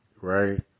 right